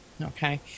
Okay